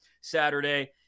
Saturday